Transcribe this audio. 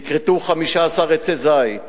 נכרתו 15 עצי זית